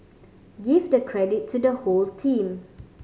give the credit to the whole team